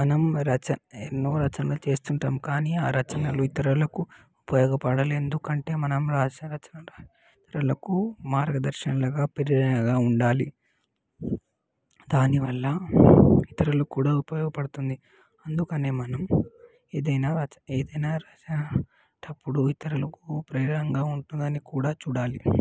మనం రచన ఎన్నో రచనలు చేస్తుంటాం కానీ ఆ రచనలు ఇతరులకు ఉపయోగపడాలి ఎందుకంటే మనం రాసే రచనలు ఇతరులకు మార్గదర్శనలుగాపెరిగేలా ఉండాలి దానివల్ల ఇతరులకు కూడా ఉపయోగపడుతుంది అందుకని మనం ఏదైనా ఏదైనా రచన రాసేటప్పుడు ఇతరులకు ప్రేరణంగా ఉంటుందని కూడా చూడాలి